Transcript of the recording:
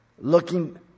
Looking